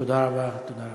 תודה רבה, תודה רבה.